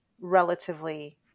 relatively